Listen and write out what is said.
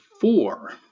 four